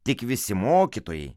tik visi mokytojai